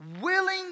willing